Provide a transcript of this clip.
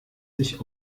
sich